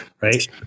right